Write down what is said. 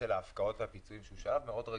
ההפקעות והפיצויים שהוא שלב מאוד רגיש.